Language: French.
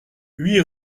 huit